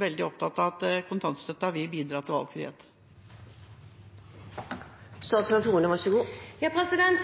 veldig opptatt av at kontantstøtten vil bidra til valgfrihet?